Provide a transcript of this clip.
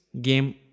game